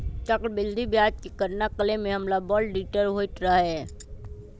चक्रवृद्धि ब्याज के गणना करे में हमरा बड़ दिक्कत होइत रहै